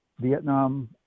Vietnam